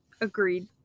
Agreed